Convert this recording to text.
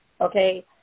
Okay